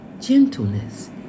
gentleness